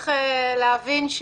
צריך להבין,